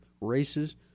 races